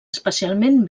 especialment